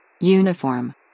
Uniform